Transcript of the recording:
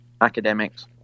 academics